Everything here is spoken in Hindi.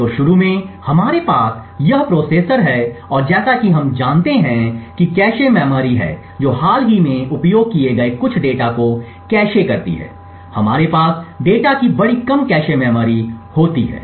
तो शुरू में हमारे पास यह प्रोसेसर है और जैसा कि हम जानते हैं कि कैश मेमोरी है जो हाल ही में उपयोग किए गए कुछ डेटा को कैश करती है हमारे पास डेटा की बड़ी कम कैश मेमोरी होती है